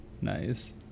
Nice